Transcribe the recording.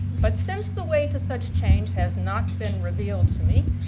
but since the way to such change has not been revealed to me,